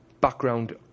background